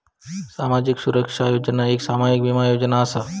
सामाजिक सुरक्षा योजना एक सामाजिक बीमा योजना असा